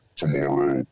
tomorrow